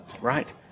Right